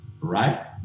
right